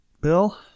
bill